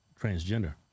transgender